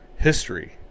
history